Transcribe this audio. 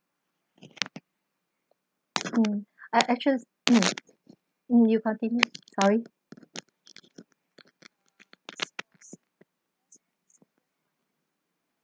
mm I actual~ mm mm you continue sorry